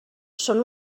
són